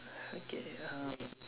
okay um